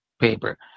paper